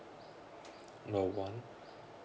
number one